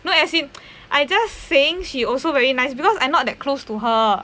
no as in I just saying she also very nice because I'm not that close to her